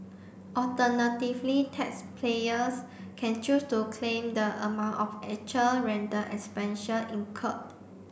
alternatively taxpayers can choose to claim the amount of actual rental incurred